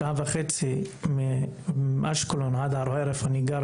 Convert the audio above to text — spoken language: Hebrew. שעה וחצי עד ערוער שבה אני גר,